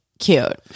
cute